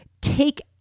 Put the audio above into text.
take